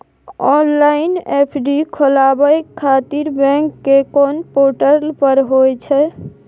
Online FD खोलाबय खातिर bank के कोन पोर्टल पर होए छै?